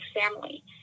family